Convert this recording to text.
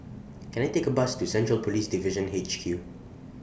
Can I Take A Bus to Central Police Division H Q